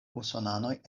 usonanoj